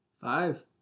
Five